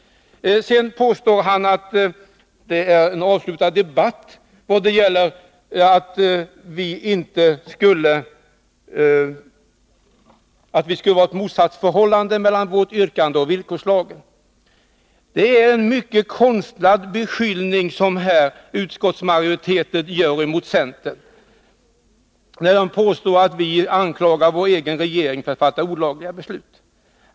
Sedan påstår Per Unckel att debatten är avslutad vad gäller att det skulle vara ett motsatsförhållande mellan vårt yrkande och villkorslagen. Det är en mycket konstlad bekyllning som utskottsmajoriteten riktar mot centern, när man påstår att vi anklagar vår egen regering för att fatta olagliga beslut.